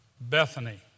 Bethany